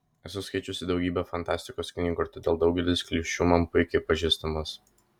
esu skaičiusi daugybę fantastikos knygų ir todėl daugelis klišių man puikiai pažįstamos